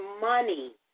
money